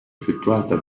effettuata